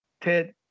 Ted